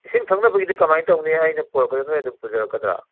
ꯏꯁꯤꯡ ꯊꯛꯅꯕꯒꯤꯗꯤ ꯀꯃꯥꯏ ꯇꯧꯅꯤ ꯑꯩꯅ ꯄꯨꯔꯛꯀꯗ꯭ꯔ ꯅꯣꯏꯅ ꯑꯗꯨꯝ ꯄꯨꯖꯔꯛꯀꯗ꯭ꯔ